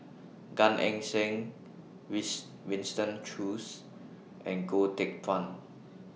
Gan Eng Seng wets Winston Choos and Goh Teck Phuan